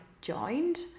joined